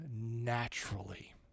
naturally